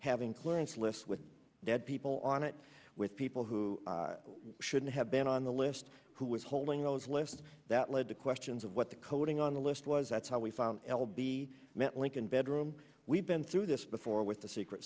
having clearance lists with dead people on it with people who shouldn't have been on the list who were holding those lists that lead to questions of what the coding on the list was that's how we found l b met lincoln bedroom we've been through this before with the secret